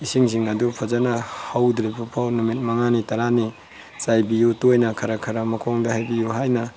ꯏꯁꯤꯡꯁꯤꯡ ꯑꯗꯨ ꯐꯖꯅ ꯍꯧꯗ꯭ꯔꯤꯕꯐꯥꯎ ꯅꯨꯃꯤꯠ ꯃꯉꯥꯅꯤ ꯇꯔꯥꯅꯤ ꯆꯥꯏꯕꯤꯌꯨ ꯇꯣꯏꯅ ꯈꯔ ꯈꯔ ꯃꯈꯣꯡꯗ ꯍꯩꯕꯤꯌꯨ ꯍꯥꯏꯅ